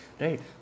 right